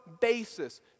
basis